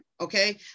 okay